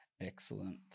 Excellent